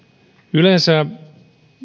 yleensä